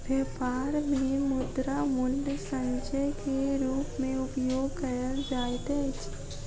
व्यापार मे मुद्रा मूल्य संचय के रूप मे उपयोग कयल जाइत अछि